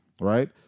right